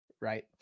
right